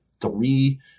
three